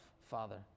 Father